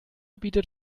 bietet